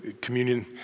communion